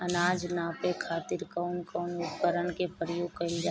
अनाज नापे खातीर कउन कउन उपकरण के प्रयोग कइल जाला?